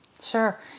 sure